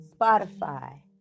Spotify